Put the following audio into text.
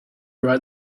write